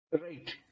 Right